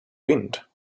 wind